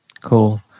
Cool